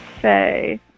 say